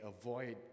avoid